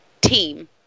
team